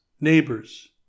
neighbors